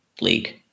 league